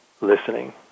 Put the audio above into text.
listening